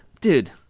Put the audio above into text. dude